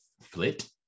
flit